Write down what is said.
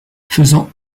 faisant